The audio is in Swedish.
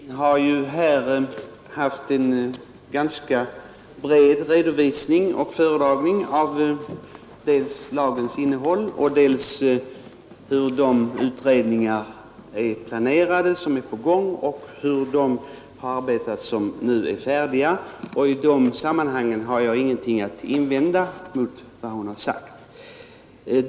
Fru talman! Fru Theorin har ju här haft en ganska bred redovisning och föredragning av dels lagens innehåll och dels hur de utredningar som pågår är planerade och hur de som nu är färdiga har arbetat. Jag har ingenting att invända mot vad hon har sagt om detta.